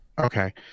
okay